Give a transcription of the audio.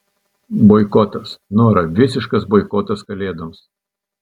boikotas nora visiškas boikotas kalėdoms